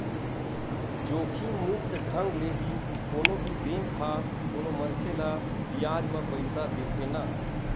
जोखिम मुक्त ढंग ले ही कोनो भी बेंक ह कोनो मनखे ल बियाज म पइसा देथे न